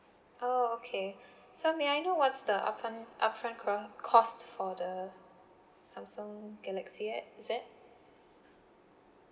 oh okay so may I know what's the upfront upfront cro~ cost for the Samsung galaxy X Z